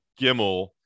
Gimmel